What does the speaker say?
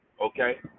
Okay